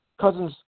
Cousins